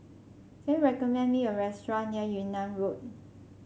can you recommend me a restaurant near Yunnan Road